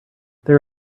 there